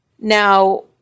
Now